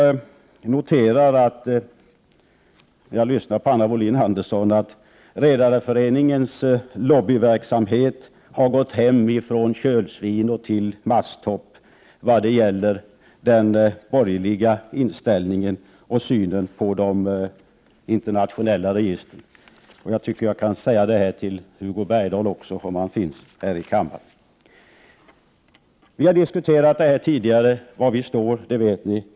När jag lyssnade på Anna Wohlin-Andersson noterade jag att redareföreningens lobbyverksamhet har gått hem ifrån kölsvin till masttopp i vad gäller den borgerliga inställningen och synen på de internationella registren. Detta kan jag även säga till Hugo Bergdahl. Vi har diskuterat detta tidigare. Ni vet var vi står.